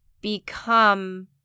become